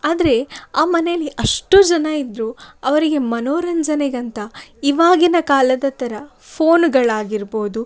ಆದರೆ ಆ ಮನೇಲಿ ಅಷ್ಟು ಜನ ಇದ್ದರೂ ಅವರಿಗೆ ಮನೋರಂಜನೆಗಂತ ಇವಾಗಿನ ಕಾಲದ ಥರ ಫೋನುಗಳಾಗಿರ್ಬೌದು